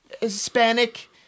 Hispanic